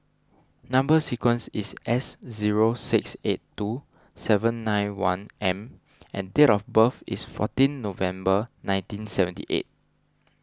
Number Sequence is S zero six eight two seven nine one M and date of birth is fourteen November nineteen seventy eight